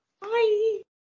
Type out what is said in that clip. bye